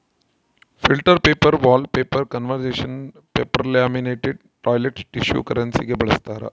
filter paper wallpaper conservation paper laminated toilet tissue ಕರೆನ್ಸಿಗಾಗಿ ಬಳಸ್ತಾರ